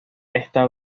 esta